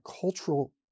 cultural